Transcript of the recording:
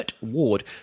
Ward